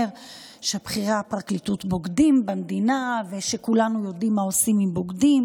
שבכירי הפרקליטות בוגדים במדינה ושכולנו יודעים מה עושים עם בוגדים,